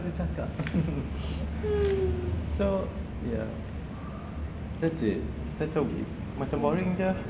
dicakap so ya macam boring jer